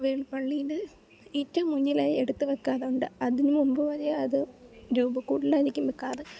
വെ പള്ളിയിൽ ഏറ്റോം മുന്നിലായി എടുത്തു വെയ്ക്കാറുണ്ട് അതിനു മുമ്പ് വരെ അത് രൂപക്കൂട്ടിലായിരിക്കും വെക്കാറ്